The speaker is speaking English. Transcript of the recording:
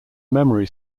memory